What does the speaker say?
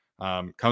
comes